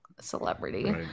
celebrity